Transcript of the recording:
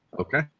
Okay